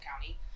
county